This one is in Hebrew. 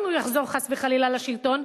אם הוא יחזור חס וחלילה לשלטון,